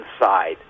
inside